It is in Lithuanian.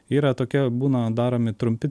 yra tokia būna daromi trumpi